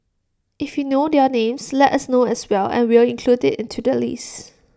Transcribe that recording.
if you know their names let us know as well and we'll include IT into the list